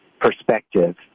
perspective